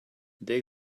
they